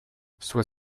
soit